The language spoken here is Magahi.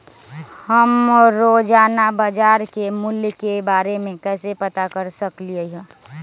हम रोजाना बाजार के मूल्य के के बारे में कैसे पता कर सकली ह?